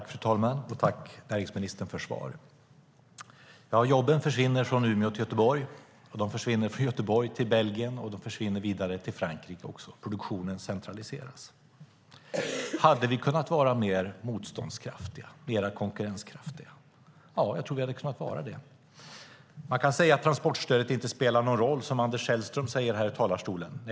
Fru talman! Tack, näringsministern, för svaren! Jobben försvinner från Umeå till Göteborg, och de försvinner från Göteborg till Belgien och vidare till Frankrike. Produktionen centraliseras. Hade vi kunnat vara mer motståndskraftiga och mer konkurrenskraftiga? Ja, jag tror att vi hade kunnat vara det. Man kan säga att transportstödet inte spelar någon roll, som Anders Sellström säger.